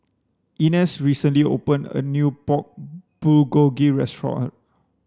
Inez recently opened a new Pork Bulgogi restaurant